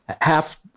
Half